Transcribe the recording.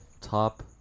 Top